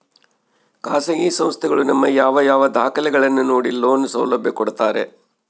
ಖಾಸಗಿ ಸಂಸ್ಥೆಗಳು ನಮ್ಮ ಯಾವ ಯಾವ ದಾಖಲೆಗಳನ್ನು ನೋಡಿ ಲೋನ್ ಸೌಲಭ್ಯ ಕೊಡ್ತಾರೆ?